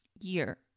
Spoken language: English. year